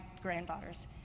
granddaughters